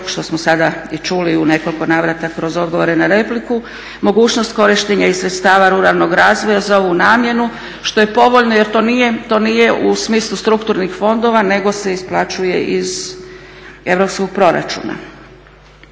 što smo sada i čuli u nekoliko navrata kroz odgovore na repliku mogućnost korištenja i sredstava ruralnog razvoja za ovu namjenu što je povoljno jer to nije u smislu strukturnih fondova nego se isplaćuje iz europskog proračuna.